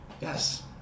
yes